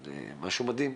זה משהו מדהים.